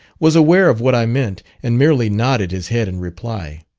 was aware of what i meant, and merely nodded his head in reply.